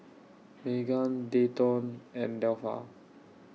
Meghann Dayton and Delpha